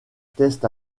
test